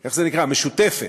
איך זה נקרא, משותפת.